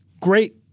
great